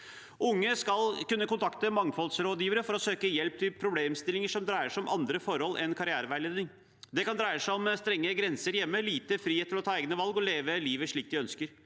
Unge skal kunne kontakte mangfoldsrådgivere for å søke hjelp til problemstillinger som dreier seg om andre forhold enn karriereveiledning. Det kan dreie seg om strenge grenser hjemme, lite frihet til å ta egne valg og til å leve livet slik de ønsker.